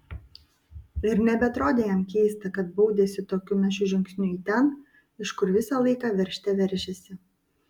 ir nebeatrodė jam keista kad baudėsi tokiu našiu žingsniu į ten iš kur visą laiką veržte veržėsi